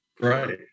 Right